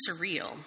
surreal